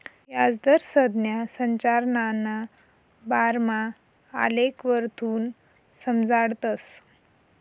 याजदर संज्ञा संरचनाना बारामा आलेखवरथून समजाडतस